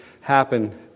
happen